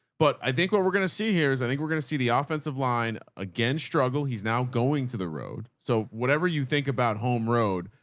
but i think what we're going to see here is i think we're going to see the offensive line again, struggle. he's now going to the road. so whatever you think about home road,